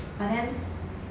but then